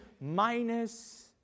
minus